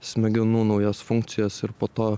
smegenų naujas funkcijas ir po to